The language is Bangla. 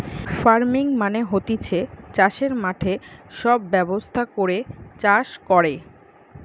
ফার্মিং মানে হতিছে চাষের মাঠে সব ব্যবস্থা করে চাষ কোরে